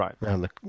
Right